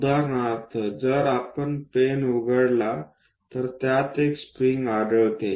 उदाहरणार्थ जर आपण पेन उघडला तर त्यात एक स्प्रिंग आढळते